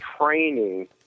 training